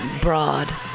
broad